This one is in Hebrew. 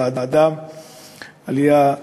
ועדת העלייה,